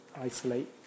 isolate